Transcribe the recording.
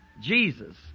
Jesus